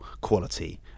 quality